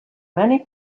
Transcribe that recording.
many